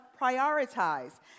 prioritize